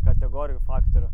kategorijų faktorių